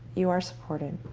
you are supported.